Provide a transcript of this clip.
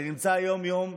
אני נמצא יום-יום,